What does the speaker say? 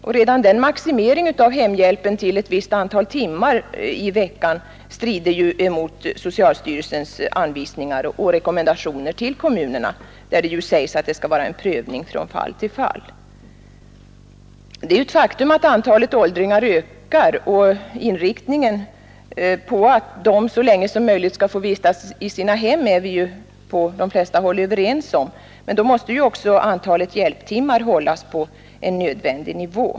Och redan maximeringen av hemhjälpen till ett visst antal timmar i veckan strider ju mot socialstyrelsens anvisningar och rekommendationer till kommunerna, där det sägs att det skall vara en prövning från fall till fall. Det är ett faktum att antalet åldringar ökar, och inriktningen på att de så länge som möjligt skall få vistas i sina hem är vi ju på de flesta håll överens om. Men då måste också antalet hjälptimmar hållas på nödvändig nivå.